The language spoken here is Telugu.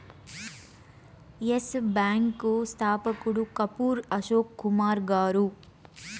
ఎస్ బ్యాంకు స్థాపకుడు కపూర్ అశోక్ కుమార్ గారు